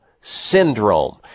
Syndrome